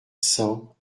cent